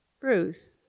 Bruce